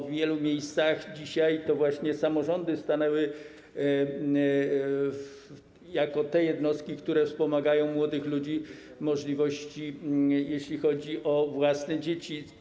W wielu miejscach dzisiaj to właśnie samorządy stawiły się jako te jednostki, które wspomagają młodych ludzi i ich możliwości, jeśli chodzi o własne dzieci.